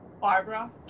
Barbara